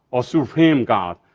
or supreme god,